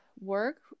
work